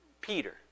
Peter